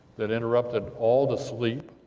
that interrupted all the sleep,